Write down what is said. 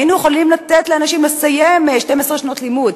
היינו יכולים לתת לאנשים לסיים 12 שנות לימוד,